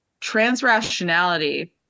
transrationality